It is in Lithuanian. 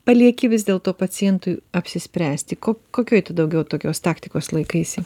palieki vis dėlto pacientui apsispręsti ko kokioj tu daugiau tokios taktikos laikaisi